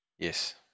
Yes